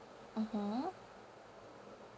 mmhmm